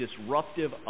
disruptive